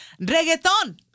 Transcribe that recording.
Reggaeton